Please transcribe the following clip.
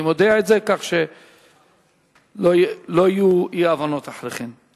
אני מודיע את זה, כך שלא יהיו אי-הבנות אחרי כן.